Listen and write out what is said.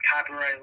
copyright